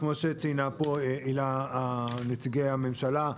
כמו שציינה פה הילה וציינו נציגי הממשלה,